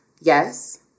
Yes